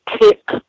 tick